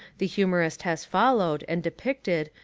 the humorist has followed, and depicted,